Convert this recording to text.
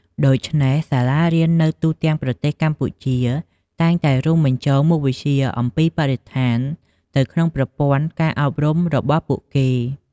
ដូច្នេះ សាលារៀននៅទូទាំងប្រទេសកម្ពុជាតែងតែរួមបញ្ចូលមុខវិជ្ជាអំពីបរិស្ថានទៅក្នុងប្រព័ន្ធការអប់រំរបស់ពួកគេ។